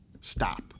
stop